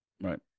Right